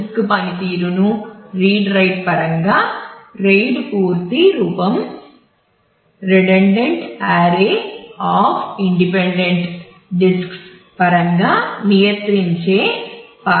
So the disk organization that manage a large number of disk but the view that you get you do not get to see the multiple disk you get to see a single disk